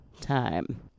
time